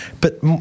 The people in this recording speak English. But-